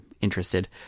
interested